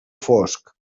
fosc